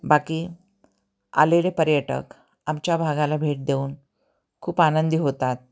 बाकी आलेले पर्यटक आमच्या भागाला भेट देऊन खूप आनंदी होतात